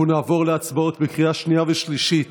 אנחנו נעבור להצבעות בקריאה השנייה והשלישית